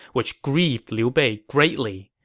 which grieved liu bei greatly.